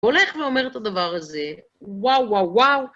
הולך ואומר את הדבר הזה, וואו, וואו, וואו.